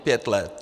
Pět let.